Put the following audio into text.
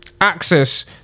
access